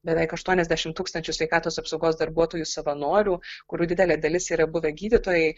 beveik aštuoniasdešimt tūkstančių sveikatos apsaugos darbuotojų savanorių kurių didelė dalis yra buvę gydytojai